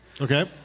Okay